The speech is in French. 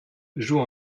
joue